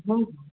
हँ हँ